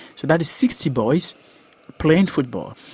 so that is sixty boys playing football,